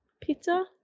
pizza